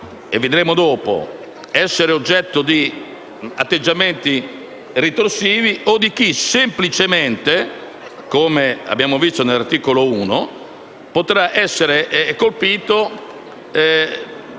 vedremo dopo - potrà essere oggetto di atteggiamenti ritorsivi o di chi semplicemente, come abbiamo visto nell'articolo 1, potrà essere colpito